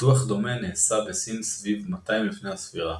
פיתוח דומה נעשה בסין סביב 200 לפני הספירה.